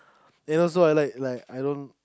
it also like like I know